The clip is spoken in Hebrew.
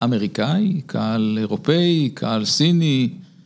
‫אמריקאי, קהל אירופאי, קהל סיני.